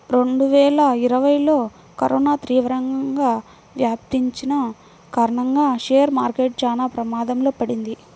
రెండువేల ఇరవైలో కరోనా తీవ్రంగా వ్యాపించిన కారణంగా షేర్ మార్కెట్ చానా ప్రమాదంలో పడింది